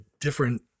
different